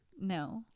No